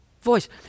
voice